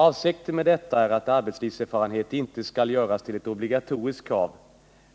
Avsikten med detta är att arbetslivserfarenhet inte skall göras till ett obligatoriskt krav,